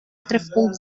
treffpunkt